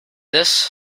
this